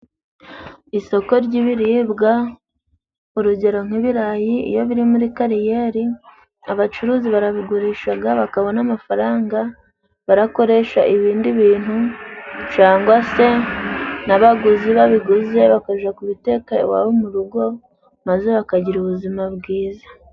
Isoko ry'ibiribwa urugero nk'ibirayi iyo biri muri kariyeri abacuruzi barabigurishaga bakabona amafaranga barakoresha ibindi bintu, cyangwa se n'abaguzi babiguze bakaja kubiteka iwabo mu rugo maze bakagira ubuzima bwiza.